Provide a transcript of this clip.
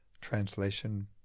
Translation